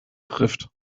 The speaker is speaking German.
trifft